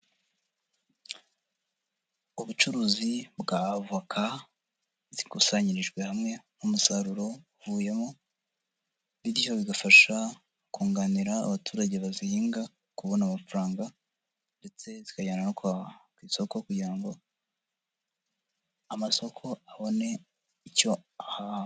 Ubucuruzi bwa avoka zikusanyirijwe hamwe umusaruro uvuyemo, bityo bigafasha kunganira abaturage bazihinga kubona amafaranga ndetse zikajyana no ku isoko kugira ngo amasoko abone icyo ahaha.